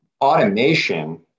Automation